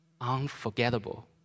unforgettable